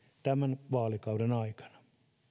tämän vaalikauden aikana